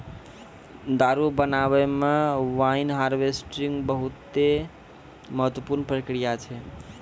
दारु बनाबै मे वाइन हार्वेस्टिंग बहुते महत्वपूर्ण प्रक्रिया छै